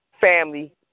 family